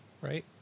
Right